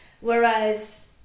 Whereas